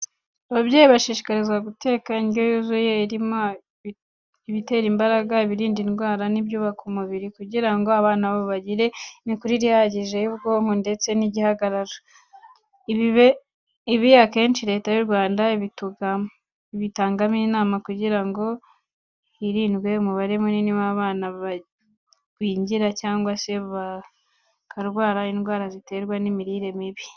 Ababyeyi bashishikarizwa guteka indyo yuzuye irimo ibitera imbaraga, ibirinda indwara n'ibyubaka umubiri kugira ngo abana bagire imikurire ihagije y'ubwonko ndetse n'igihagararo. Ibi akenshi Leta y'u Rwanda ibitangamo inama kugira ngo hirindwe umubare munini w'abana bagwingira cyangwa se bakarwara indwara ziterwa n'imirire mibi.